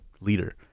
leader